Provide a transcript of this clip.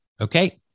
Okay